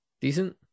Decent